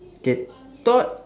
okay thought